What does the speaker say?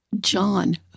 John